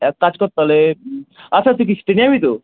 এক কাজ করে তালে আচ্ছা তুই কি ট্রেনে যাবি তো